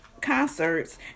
concerts